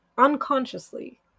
unconsciously